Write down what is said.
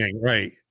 right